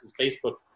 Facebook